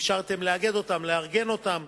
אפשרתם לאגד אותם, לארגן אותם.